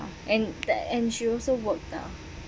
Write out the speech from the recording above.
and that and she also work lah